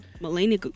Melania